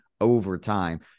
overtime